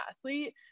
athlete